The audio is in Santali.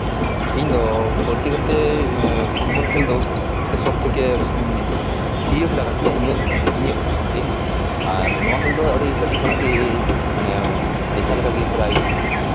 ᱤᱧᱫᱚ ᱵᱟᱹᱲᱛᱤ ᱠᱟᱛᱮᱫ ᱯᱷᱩᱴᱵᱚᱞ ᱠᱷᱮᱞ ᱫᱚ ᱥᱚᱵ ᱛᱷᱮᱠᱮ ᱯᱨᱤᱭᱚ ᱠᱷᱮᱞᱟ ᱠᱟᱱ ᱛᱤᱧᱟ ᱤᱧᱟᱹᱜ ᱤᱧᱟᱹᱜ ᱟᱨᱠᱤ ᱟᱨ ᱱᱚᱣᱟ ᱠᱷᱮᱞ ᱫᱚ ᱟᱹᱰᱤ ᱠᱟᱹᱴᱤᱡ ᱠᱷᱚᱱᱟᱜ ᱜᱮ ᱱᱮᱥᱟ ᱞᱮᱠᱟᱜᱮ ᱯᱨᱟᱭ